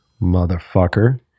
motherfucker